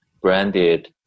branded